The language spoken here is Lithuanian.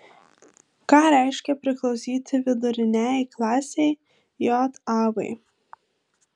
ką reiškia priklausyti viduriniajai klasei jav